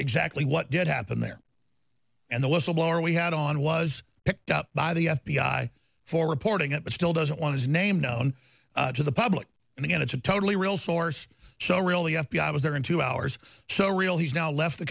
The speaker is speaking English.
exactly what did happen there and the whistleblower we had on was picked up by the f b i for reporting it but still doesn't want his name known to the public and it's a totally real source so really f b i was there in two hours so real he's now left the